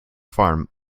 farm